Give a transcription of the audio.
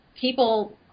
people